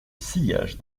sillage